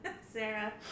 sarah